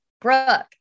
Brooke